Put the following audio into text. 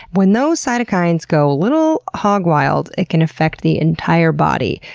when those cytokines go a little hog wild, it can affect the entire body,